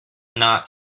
not